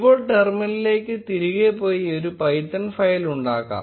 നമുക്ക് ടെർമിനലിലേക്ക് തിരികെ പോയി ഒരു പൈത്തൺ ഫയൽ ഉണ്ടാക്കാം